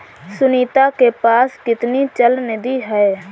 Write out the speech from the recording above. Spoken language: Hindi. सुनीता के पास कितनी चल निधि है?